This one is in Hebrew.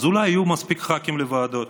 אז אולי יהיו מספיק ח"כים לוועדות.